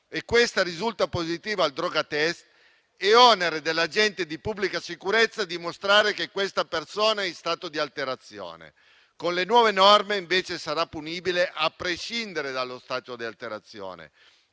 e questa risulta positiva al droga test, è onere dell'agente di pubblica sicurezza dimostrare che quella persona è in stato di alterazione. Con le nuove norme, invece, sarà punibile, a prescindere dallo stato di alterazione